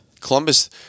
Columbus